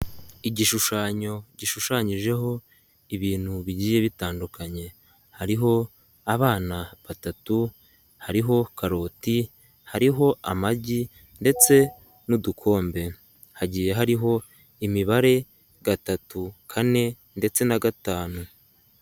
Igishushanyo, gishushanyijeho ibintu bigiye bitandukanye, hariho abana batatu, hariho karoti, hariho amagi ndetse n'udukombe, hagiye hariho imibare gatatu, kane, ndetse na gatanu.